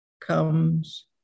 comes